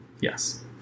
Yes